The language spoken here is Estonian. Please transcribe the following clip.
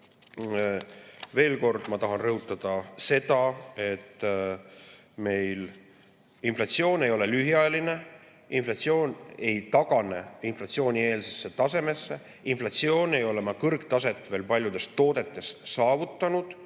kord ma tahan rõhutada seda, et meil inflatsioon ei ole lühiajaline. Inflatsioon ei tagane inflatsioonieelsele tasemele ja inflatsioon ei ole oma kõrgtaset veel paljude toodete hindades saavutanud.